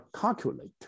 calculate